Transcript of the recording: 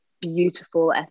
beautiful